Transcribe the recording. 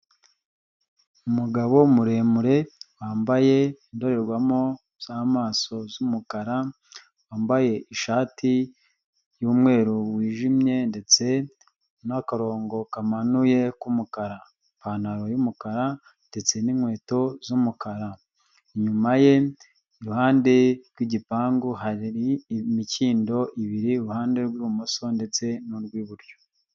Umugabo muremure wambaye indorerwamo z'amaso z'umukara wambaye ishati y'umweru wijimye ndetse n'akarongo kamanuye k'umukara ipantaro y'umukara ndetse n'inkweto z'umukara, inyuma ye iruhande rw'igipangu hari imikindo ibiri iruhande rw'ibumoso ndetse n'urw'iburyo.